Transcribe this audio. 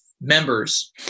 members